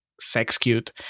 sex-cute